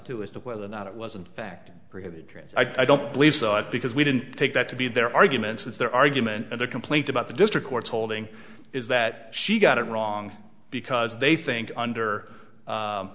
two as to whether or not it wasn't fact i don't believe so because we didn't take that to be their arguments it's their argument and their complaint about the district court's holding is that she got it wrong because they think under u